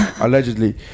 allegedly